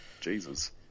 Jesus